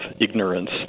ignorance